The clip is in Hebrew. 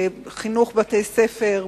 חינוך בבתי-הספר,